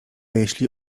jeśli